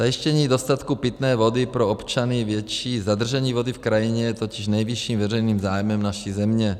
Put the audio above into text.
Zajištění dostatku pitné vody pro občany, větší zadržení vody v krajině je totiž nejvyšším veřejným zájmem naší země.